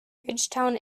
bridgetown